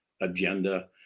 agenda